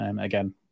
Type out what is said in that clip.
Again